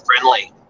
friendly